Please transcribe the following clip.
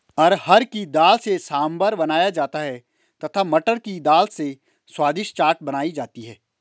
अरहर की दाल से सांभर बनाया जाता है तथा मटर की दाल से स्वादिष्ट चाट बनाई जाती है